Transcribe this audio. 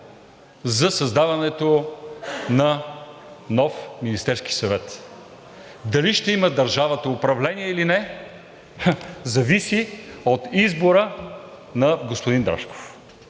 за създаването на нов Министерски съвет. Дали ще има държавата управление или не – ха – зависи от избора на господин Рашков.